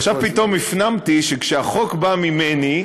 עכשיו פתאום הפנמתי שכאשר החוק בא ממני,